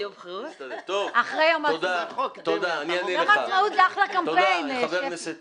--- חבר הכנסת